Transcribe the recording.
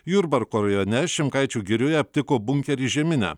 jurbarko rajone šimkaičių girioje aptiko bunkerį žeminę